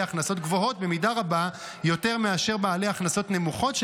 הכנסות גבוהות במידה רבה יותר מאשר לבעלי הכנסות נמוכות,